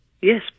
Yes